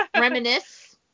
Reminisce